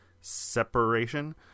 separation